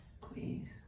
Please